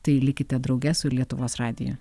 tai likite drauge su lietuvos radija